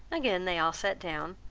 again they all sat down,